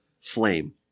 flame